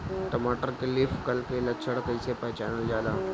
टमाटर में leaf curl के लक्षण कइसे पहचानल जाला?